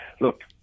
Look